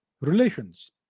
relations